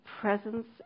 presence